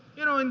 you know? and